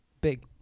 big